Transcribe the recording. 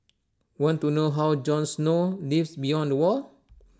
want to know how Jon snow lives beyond the wall